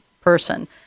person